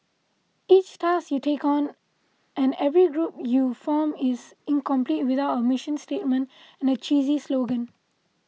each task you take on and every group you form is incomplete without a mission statement and a cheesy slogan